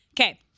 Okay